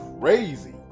crazy